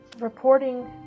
reporting